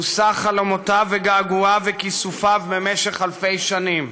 מושא חלומותיו וגעגועיו וכיסופיו במשך אלפי שנים.